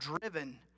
driven